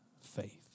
faith